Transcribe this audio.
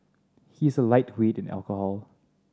he is a lightweight in alcohol